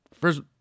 first